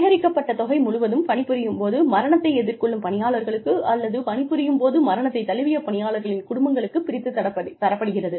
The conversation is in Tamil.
சேகரிக்கப்பட்ட தொகை முழுவதும் பணிபுரியும் போது மரணத்தை எதிர்கொள்ளும் பணியாளர்களுக்கு அல்லது பணிபுரியும் போது மரணத்தைத் தழுவிய பணியாளர்களின் குடும்பங்களுக்குப் பிரித்து தரப்படுகிறது